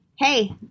hey